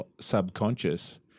subconscious